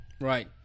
right